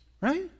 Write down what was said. right